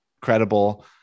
credible